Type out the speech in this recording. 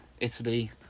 Italy